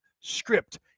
script